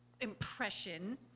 impression